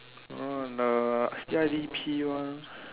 uh the C_I_D_P one